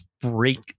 break